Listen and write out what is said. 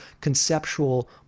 conceptual